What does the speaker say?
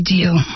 Deal